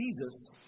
Jesus